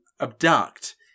abduct